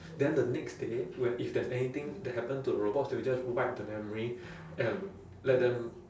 then the next day when if there's anything that happen to the robots they'll just wipe the memory and let them